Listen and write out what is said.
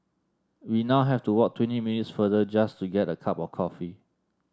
we now have to walk twenty minutes further just to get a cup of coffee